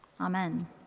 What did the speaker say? Amen